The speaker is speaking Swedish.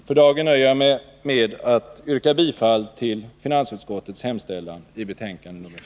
För dagen nöjer jag mig med att yrka bifall till finansutskottets hemställan i betänkande nr 15.